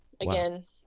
again